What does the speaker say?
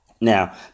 Now